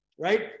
right